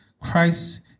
Christ